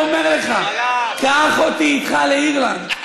ואומר לך: קח אותי איתך לאירלנד.